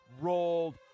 rolled